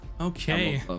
Okay